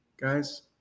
guys